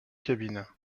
cabine